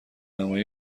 نمایی